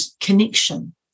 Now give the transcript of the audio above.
connection